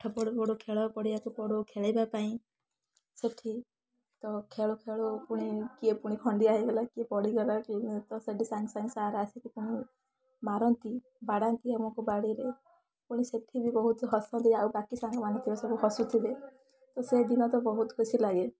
ପାଠ ପଢ଼ୁ ପଢ଼ୁ ଖେଳ ପଡ଼ିଆକୁ ପଳୋଉ ଖେଳିବା ପାଇଁ ସେଇଠି ତ ଖେଳୁ ଖେଳୁ ପୁଣି କିଏ ପୁଣି ଖଣ୍ଡିଆ ହେଇଗଲା କିଏ ପଡ଼ିଗଲା କିଏ ତ ସେଇଠି ସାଙ୍ଗେ ସାଙ୍ଗେ ସାର୍ ଆସିକି ପୁଣି ମାରନ୍ତି ବାଡ଼ାନ୍ତି ଆମୁକୁ ବାଡ଼ିରେ ପୁଣି ସେଇଠି ବି ବହୁତ ହସନ୍ତି ଆଉ ବାକି ସାଙ୍ଗମାନେ ଥିବେ ସବୁ ହସୁଥୁବେ ତ ସେଇ ଦିନ ତ ବହୁତ ଖୁସି ଲାଗେ